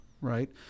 Right